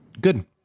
good